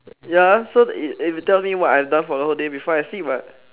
ya so if if you tell me what I've done for the whole day before I sleep [what]